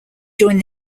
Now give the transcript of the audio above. joined